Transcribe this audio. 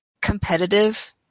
competitive